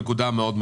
נקודה חשובה מאוד,